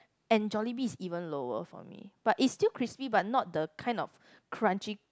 and Jollibee is even lower for me but it's still crispy but not the kind of crunchy